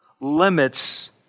limits